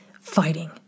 fighting